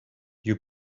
you